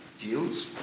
deals